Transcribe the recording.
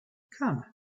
come